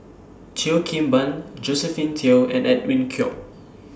Cheo Kim Ban Josephine Teo and Edwin Koek